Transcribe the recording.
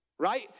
Right